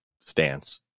stance